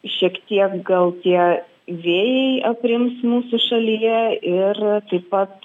šiek tiek gal tie vėjai aprims mūsų šalyje ir taip pat